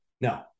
No